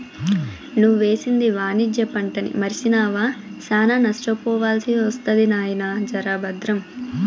నువ్వేసింది వాణిజ్య పంటని మర్సినావా, శానా నష్టపోవాల్సి ఒస్తది నాయినా, జర బద్రం